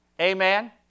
Amen